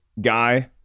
guy